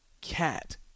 cat